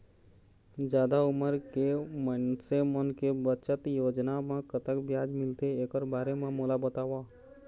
जादा उमर के मइनसे मन के बचत योजना म कतक ब्याज मिलथे एकर बारे म मोला बताव?